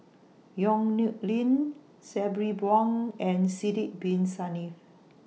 Yong Nyuk Lin Sabri Buang and Sidek Bin Saniff